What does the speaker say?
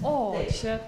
o čia